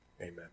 Amen